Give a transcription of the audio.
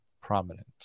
prominent